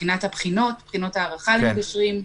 מבחינת בחינות ההערכה למגשרים,